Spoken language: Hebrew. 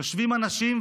יושבים אנשים,